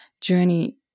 journey